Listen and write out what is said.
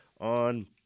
on